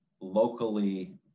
locally